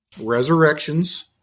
Resurrections